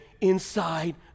inside